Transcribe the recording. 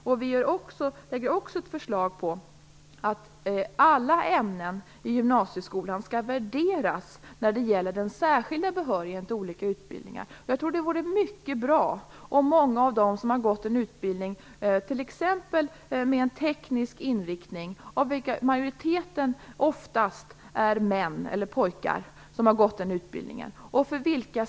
Vi lägger också fram ett förslag om att alla ämnen i gymnasieskolan skall värderas beträffande den särskilda behörigheten till olika utbildningar. Jag tror att detta är mycket bra för många av dem som gått en utbildning t.ex. med teknisk inriktning varav majoriteten oftast är pojkar.